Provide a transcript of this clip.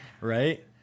right